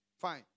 Fine